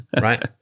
right